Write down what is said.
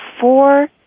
four